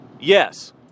yes